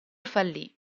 fallì